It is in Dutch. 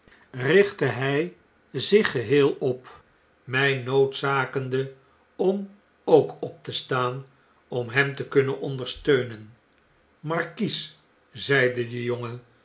richtte hjj zich geheel op mij noodzakende om ook op te staan om hem te kunnen ondersteunen markies zei de jongen